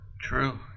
True